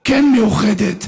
כן מאוחדת,